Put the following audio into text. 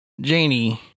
Janie